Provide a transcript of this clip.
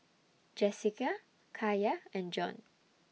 Jessika Kaiya and Jon